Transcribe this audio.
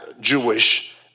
Jewish